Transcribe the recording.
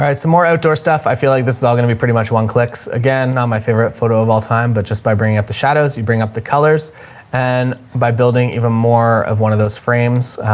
some more outdoor stuff. i feel like this is all going to be pretty much one clicks again on my favorite photo of all time. but just by bringing up the shadows, you bring up the colors and by building even more of one of those frames,